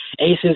Aces